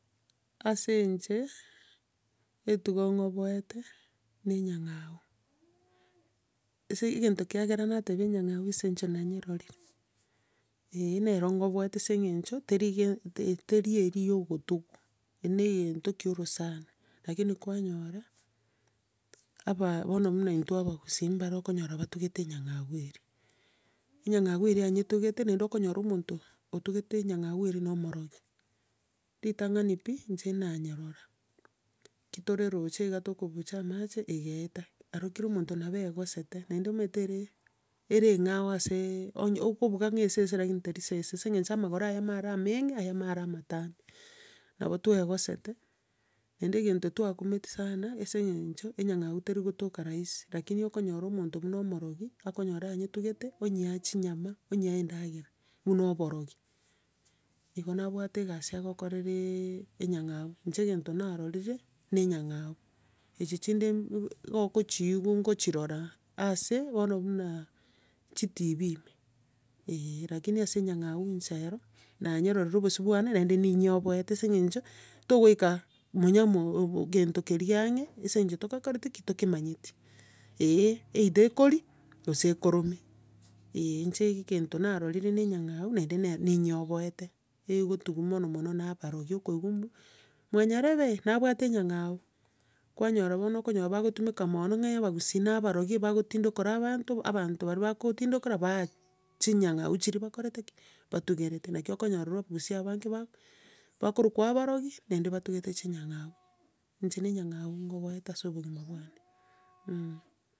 Ase inche, etugo ning'oboete. na enyang'au, ase egento kiagera nateba enyang'au ase eng'encho nanyerorire, eh, nere ng'oboete ase eng'encho, terige- te- teri eria ya ogotugwa. Eria na egento kia orosana, lakini kwanyora, aba bono intwe abagusii, mbare okonyora batugete enyang'au eria. Enyang'au eria anyetugete naende okonyora omonto otugete enyang'au eria na omorogi. Ritang'ani pi, inche nanyerora, eki tore roche iga togobucha amache egaeta, aro kera omonto nabo aegosete, naende omanyete ere ere eng'ao asee onya okobuga ng'a esese lakini teri sese ase eng'encho amagora ayamo are amaeng'e, ayamo ayare amatambe. Nabo twaegosete. naende egento twakumetia sana ase eng'encho enyang'au teri gotoka rahisi, lakini okonyora omonto buna omorogi, akonyora anyetugete onyea chinyama, onyea endagera buna oborogi. Igo nabwate egasi agokorera enyang'au. Inche egento narorire na enyang'au, echi chinde iko- okochiigwa nkochirora ase, bono buna chitibi ime, eh lakini ase enyang'au inche ero nanyerorire obosio bwane naende ninyeobote, ase eng'encho togoika manya mwa egento keria ang'e ase eng'encho togokoreti ki? tokemanyeti, eh, either ekorie gose ekorome, eh. Inche egento narorire na enyang'au naende nero ninyeoboete, egotugwa mono mono na abarogi, okoigwa mwa nyarebe, nabwate enyang'au kwanyora bono okonyora bakotumeka mono ng'a abagusii nabarogi abagotindokora abanto, abanto bari bagotindikorwa baria, chinyang'au chiria bakoreteke ki? Batugerete, naki okonyorora abagusii abange bako bakorokwa abarogi, naende batugete chinyang'au. Inche na enyang'au ng'oboete ase obogima bwane mh.